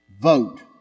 vote